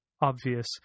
obvious